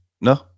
No